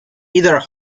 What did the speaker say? either